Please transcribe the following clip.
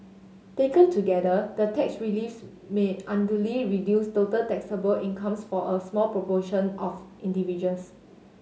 taken together the tax reliefs may unduly reduce total taxable incomes for a small proportion of individuals